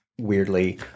weirdly